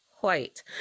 white